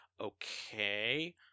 okay